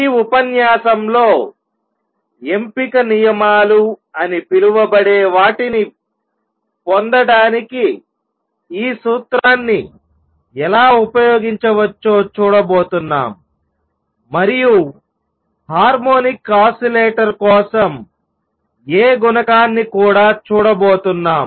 ఈ ఉపన్యాసంలో ఎంపిక నియమాలు అని పిలువబడే వాటిని పొందటానికి ఈ సూత్రాన్ని ఎలా ఉపయోగించవచ్చో చూడబోతున్నాం మరియు హార్మోనిక్ ఆసిలేటర్ కోసం A గుణకాన్ని కూడా చూడబోతున్నాం